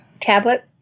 tablet